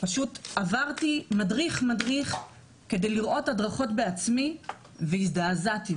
פשוט עברתי מדריך-מדריך כדי לראות הדרכות בעצמי והזדעזעתי,